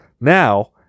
Now